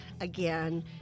again